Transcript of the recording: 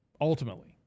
ultimately